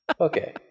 Okay